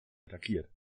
attackiert